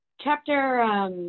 chapter